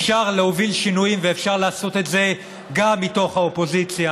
אפשר להוביל שינויים ואפשר לעשות את זה גם מתוך האופוזיציה.